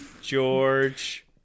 George